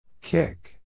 Kick